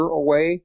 away